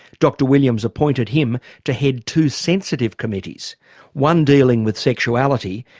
dr williams appointed him to head two sensitive committees one dealing with sexuality,